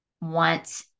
want